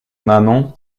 nanon